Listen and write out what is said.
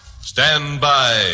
Standby